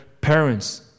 parents